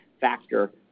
factor